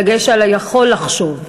הדגש על ה"יכול לחשוב".